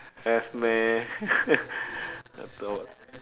have meh I thought